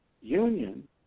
union